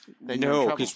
No